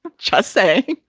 but just say.